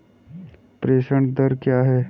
प्रेषण दर क्या है?